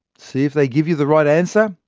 see if they give you the right answer,